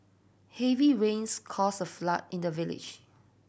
heavy rains caused a flood in the village